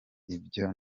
ibyo